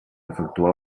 efectuar